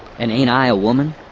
and a'nt i a woman?